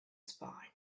spine